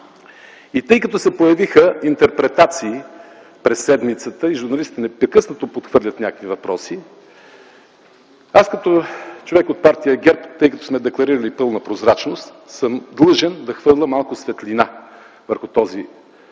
Тъй като се появиха интерпретации през седмицата и журналистите непрекъснато подхвърлят някакви въпроси, аз като човек от Партия ГЕРБ, тъй като сме декларирали пълна прозрачност, съм длъжен да хвърля малко светлина върху този въпрос,